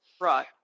Right